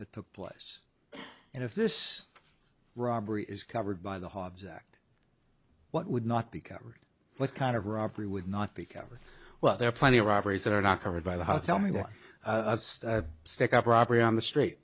that took place and if this robbery is covered by the hobbs act what would not be covered what kind of robbery would not be covered well there are plenty of robberies that are not covered by the house only to stick up robbery on the street